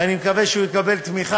ואני מקווה שהוא יקבל תמיכה,